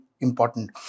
important